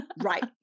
Right